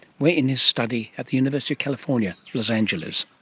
we're in his study at the university of california, los angeles.